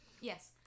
Yes